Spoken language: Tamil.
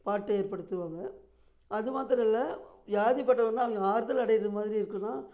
பாட்டு ஏற்படுத்துவாங்க அது மாத்திரம் இல்லை வியாதிபட்டவங்களாம் அவங்க ஆறுதல் அடையிறதுமாதிரி இருக்கணும்